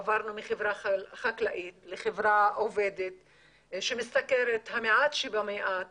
עברנו מחברה חקלאית לחברה עובדת שמשתכרת המעט שבמעט,